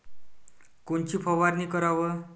कोनची फवारणी कराव?